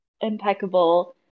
Impeccable